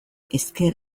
ezker